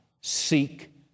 seek